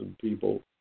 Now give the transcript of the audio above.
people